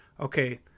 okay